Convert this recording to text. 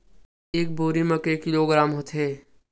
एक बोरी म के किलोग्राम होथे?